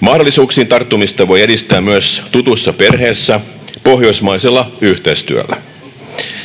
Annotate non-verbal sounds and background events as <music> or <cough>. Mahdollisuuksiin tarttumista voi edistää myös tutussa perheessä <noise> pohjoismaisella yhteistyöllä.